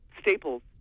staples